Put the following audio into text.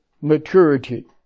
maturity